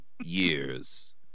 years